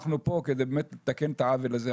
אנחנו פה כדי באמת לתקן את העוול הזה.